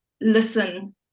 listen